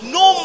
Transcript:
no